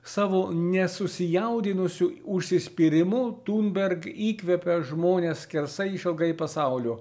savo nesusijaudinusiu užsispyrimu tunberg įkvepia žmones skersai išilgai pasaulio